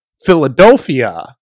Philadelphia